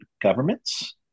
governments